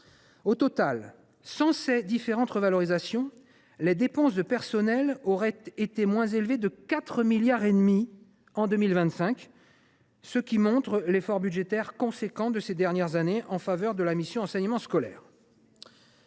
Au total, sans ces différentes revalorisations, les dépenses de personnel auraient été moins élevées de 4,5 milliards d’euros en 2025, ce qui montre l’effort budgétaire important de ces dernières années en faveur de la mission « Enseignement scolaire